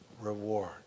reward